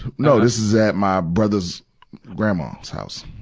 no, this is at my brother's grandmom's house.